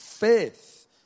Faith